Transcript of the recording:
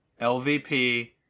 LVP